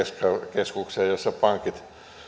keskukseen jossa pankit